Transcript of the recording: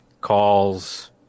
calls